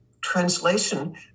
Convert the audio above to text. translation